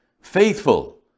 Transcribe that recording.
Faithful